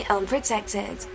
Unprotected